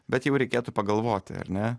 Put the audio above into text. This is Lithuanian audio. bet jau reikėtų pagalvoti ar ne